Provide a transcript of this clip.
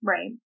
Right